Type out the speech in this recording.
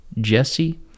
Jesse